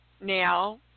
now